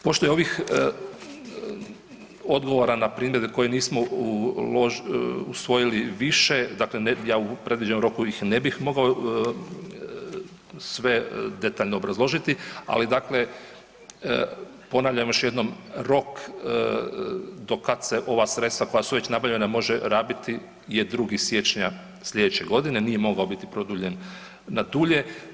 Pošto je ovih odgovora na primjedbe koje nismo usvojili više, ja u predviđenom roku ih ne bi mogao sve detaljno obrazložiti, ali ponavljam još jednom, rok do kada su ova sredstva koja su već nabavljena može rabiti je 2. siječnja sljedeće godine, nije mogao biti produljen na dulje.